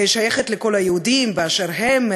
היא שייכת לכל היהודים באשר הם,